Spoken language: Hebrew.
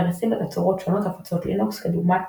המריצים בתצורות שונות הפצות לינוקס כדוגמת